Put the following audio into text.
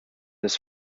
his